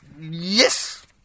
yes